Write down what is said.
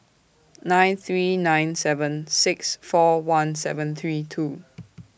nine three nine seven six four one seven three two